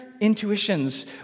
intuitions